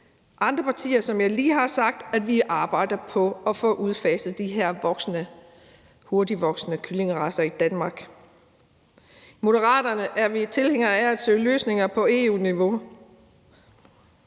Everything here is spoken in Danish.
om et forståelsespapir om at arbejde på at få udfaset de her hurtigtvoksende kyllingeracer i Danmark. I Moderaterne er vi tilhængere af at søge løsninger på EU-niveau,